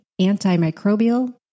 antimicrobial